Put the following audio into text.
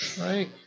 Right